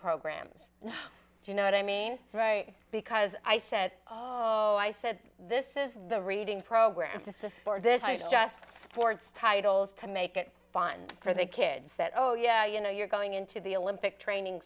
programs do you know what i mean right because i said i said this is the reading program just this for this i just sports titles to make it fun for the kids that oh yeah you know you're going into the olympic training